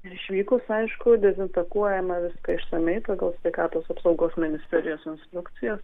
ir išvykus aišku dezinfekuojame viską išsamiai pagal sveikatos apsaugos ministerijos instrukcijas